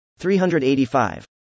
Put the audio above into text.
385